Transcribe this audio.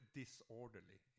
disorderly